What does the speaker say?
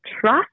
trust